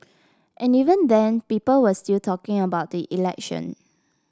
and even then people were still talking about the election